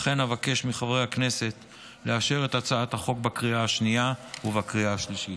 לכן אבקש מחברי הכנסת לאשר את הצעת החוק בקריאה השנייה ובקריאה השלישית.